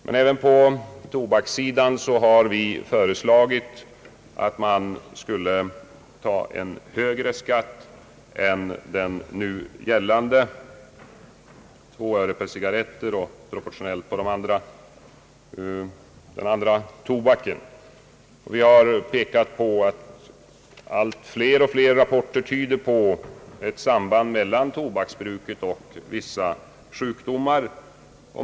Men även på tobakssidan har vi föreslagit en högre skatt än den nu gällande, två öre för cigarretter och proportionellt för den andra tobaken. Vi har framhållit att allt fler och fler rapporter tyder på ett samband mellan tobaksbruket och vissa sjukdomar.